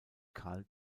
karl